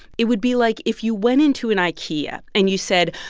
it would be like if you went into an ikea and you said,